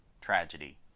Tragedy